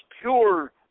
pure